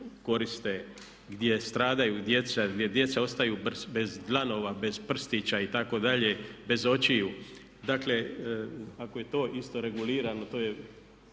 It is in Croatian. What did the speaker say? koriste, gdje stradaju djeca, gdje djeca ostaju bez dlanova, bez prstića itd., bez očiju? Dakle ako je to isto regulirano to je